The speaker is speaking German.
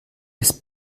ist